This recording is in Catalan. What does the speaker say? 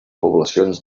poblacions